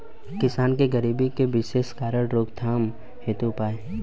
किसान के गरीबी के विशेष कारण रोकथाम हेतु उपाय?